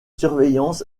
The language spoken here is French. surveillance